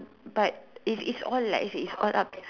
but its it's all like I said it's all up